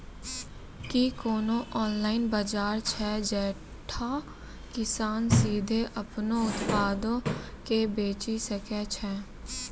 कि कोनो ऑनलाइन बजार छै जैठां किसान सीधे अपनो उत्पादो के बेची सकै छै?